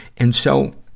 and so,